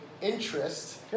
interest